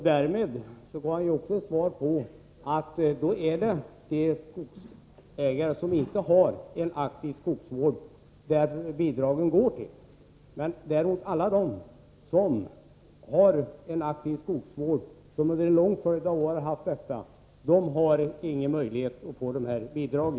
Därmed gav han också besked om att det är de skogsägare som inte bedriver aktiv skogsvård som bidragen skall gå till, medan alla de som under en lång följd av år bedrivit aktiv skogsvård inte har någon möjlighet att få bidrag.